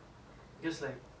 and wake everyone up